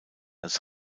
als